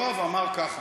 יואב אמר ככה: